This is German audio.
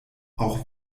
auch